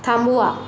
थांबवा